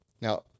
Now